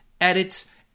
edits